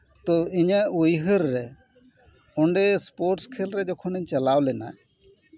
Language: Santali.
ᱛᱳ ᱤᱧᱟᱹᱜ ᱩᱭᱦᱟᱹᱨ ᱨᱮ ᱚᱸᱰᱮ ᱮᱥᱯᱳᱨᱴᱥ ᱠᱷᱮᱞ ᱨᱮ ᱡᱚᱠᱷᱚᱱᱤᱧ ᱪᱟᱞᱟᱣ ᱞᱮᱱᱟ